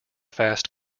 fast